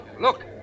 look